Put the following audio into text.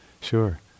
Sure